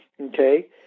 okay